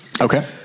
Okay